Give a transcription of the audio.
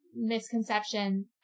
misconception